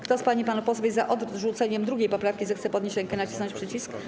Kto z pań i panów posłów jest za odrzuceniem 2. poprawki, zechce podnieść rękę i nacisnąć przycisk.